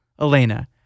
Elena